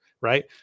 right